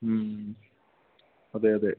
മ്മ് അതെ അതെ